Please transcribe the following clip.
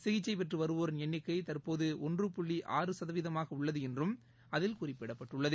சிகிச்சைபெற்றுவருவோரின் எண்ணிக்கைதற்போதுஒன்று புள்ளி ஆறு சதவீதமாகஉள்ளதுஎன்றும் அதில் குறிப்பிடப்பட்டுள்ளது